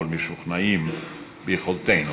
אבל משוכנעים ביכולתנו